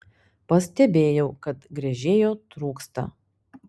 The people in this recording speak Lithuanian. pastebėjau kad gręžėjo trūksta